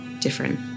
different